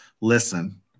listen